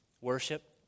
Worship